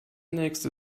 nächste